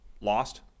lost